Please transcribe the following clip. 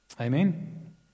Amen